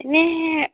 এনেই